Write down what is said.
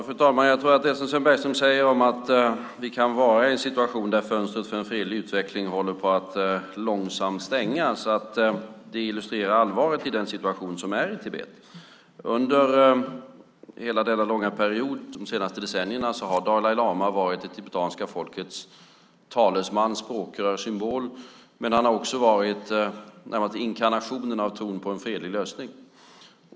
Fru talman! Jag tror att det som Sven Bergström säger om att vi kan vara i en situation där fönstret för en fredlig utveckling håller på att långsamt stängas illustrerar allvaret i den situation som är i Tibet. Under hela denna långa period under de senaste decennierna har Dalai lama varit det tibetanska folkets talesman, språkrör och symbol. Men han har också varit närmast inkarnationen av tron på en fredlig lösning.